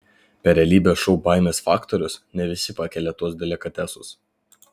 per realybės šou baimės faktorius ne visi pakelia tuos delikatesus